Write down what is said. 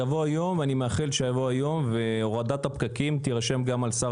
יבוא יום ואני מאחל שיבוא היום והורדת הפקקים תירשם גם על שר